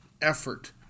effort